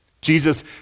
Jesus